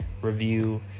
review